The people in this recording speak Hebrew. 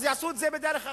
הם יעשו את זה בדרך אחרת,